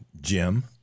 Jim